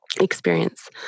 experience